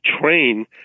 train